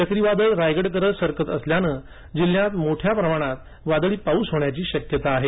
चक़ीवादळ रायगडकडे सरकत असल्यानं जिल्ह्यात मोठ्या प़माणात वादळी पाऊस होण्याची शक्यता आहे